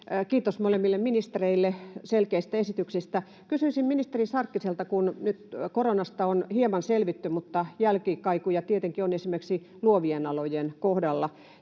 Kiitos molemmille ministereille selkeistä esityksistä. Kysyisin ministeri Sarkkiselta, kun nyt koronasta on hieman selvitty mutta jälkikaikuja tietenkin on esimerkiksi luovien alojen kohdalla